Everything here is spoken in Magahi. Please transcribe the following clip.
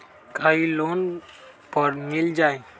का इ लोन पर मिल जाइ?